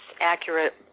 accurate